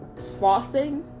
flossing